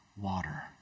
water